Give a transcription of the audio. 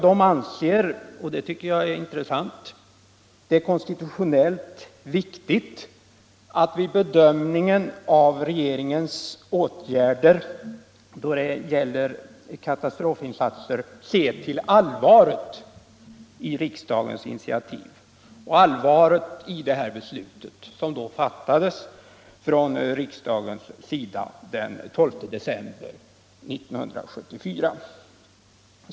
De anser, och det tycker jag är intressant, det vara konstitutionellt viktigt att man vid bedömningen av regeringens åtgärder då det gäller katastrofinsatser ser till allvaret i riksdagens initiativ och allvaret i det beslut som riksdagen fattade den 12 december 1974.